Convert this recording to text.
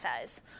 says